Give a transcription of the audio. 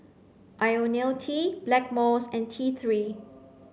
Ionil T Blackmores and T three